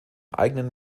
eigenen